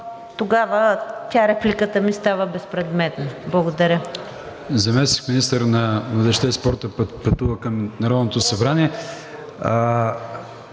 …тогава репликата ми става безпредметна. Благодаря.